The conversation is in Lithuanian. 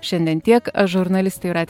šiandien tiek aš žurnalistė jūratė